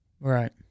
Right